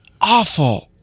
awful